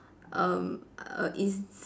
um err is